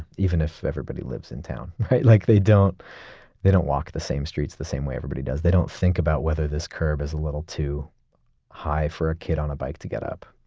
even if everybody lives in town, right? like they don't they don't walk the same streets the same way everybody does. they don't think about whether this curb is a little too high for a kid on a bike to get up,